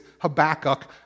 Habakkuk